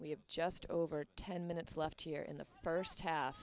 we have just over ten minutes left here in the first half